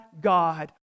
God